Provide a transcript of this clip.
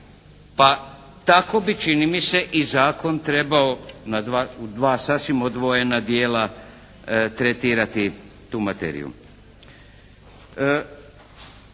Pa tako bi čini mi se i zakon trebao u dva sasvim odvojena dijela tretirati tu materiju.